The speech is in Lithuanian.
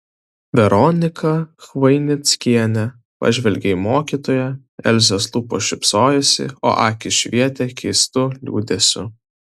veronika chvainickienė pažvelgė į mokytoją elzės lūpos šypsojosi o akys švietė keistu liūdesiu